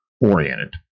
oriented